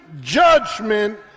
judgment